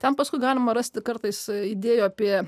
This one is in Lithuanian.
ten paskui galima rasti kartais idėjų apie